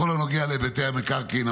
בכל הנוגע להיבטי המקרקעין,